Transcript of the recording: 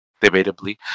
debatably